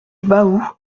baou